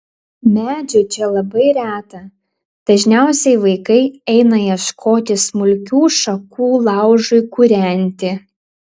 medžių čia labai reta dažniausiai vaikai eina ieškoti smulkių šakų laužui kūrenti